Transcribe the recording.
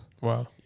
Wow